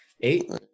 eight